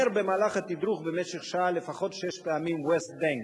אומר במהלך התדרוך במשך שעה לפחות שש פעמים West Bank,